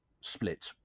split